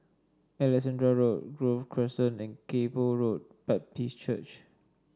Alexandra Road Grove Crescent and Kay Poh Road Baptist Church